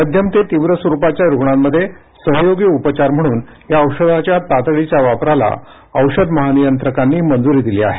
मध्यम ते तीव्र स्वरुपाच्या रुग्णांमध्ये सहयोगी उपचार म्हणून या औषधाच्या तातडीच्या वापराला औषध महानियंत्रकांनी मंजुरी दिली आहे